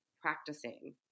practicing